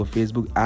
Facebook